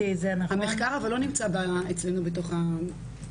ואני אומר את זה בצורה ברורה לדברים שהתחילה חברת הכנסת וולדיגר.